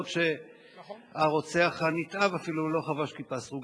אף-על-פי שהרוצח הנתעב אפילו לא חבש כיפה סרוגה,